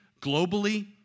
globally